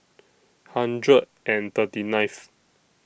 hundred and thirty ninth